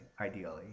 ideally